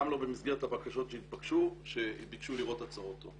גם לא במסגרת הבקשות שהתבקשו שביקשו לראות הצהרות הון.